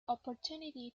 opportunity